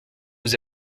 vous